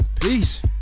Peace